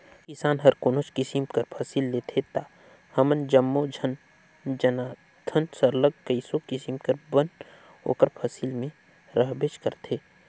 किसान हर कोनोच किसिम कर फसिल लेथे ता हमन जम्मो झन जानथन सरलग कइयो किसिम कर बन ओकर फसिल में रहबेच करथे